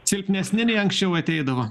silpnesni nei anksčiau ateidavo